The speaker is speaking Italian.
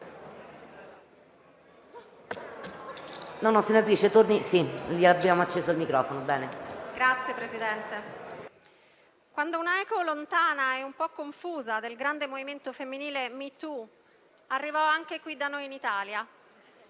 quando un'eco lontana e un po' confusa del grande movimento femminile Me Too arrivò anche qui da noi in Italia,